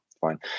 Fine